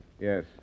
Yes